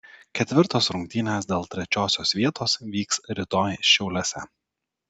ketvirtos rungtynės dėl trečiosios vietos vyks rytoj šiauliuose